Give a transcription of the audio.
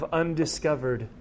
undiscovered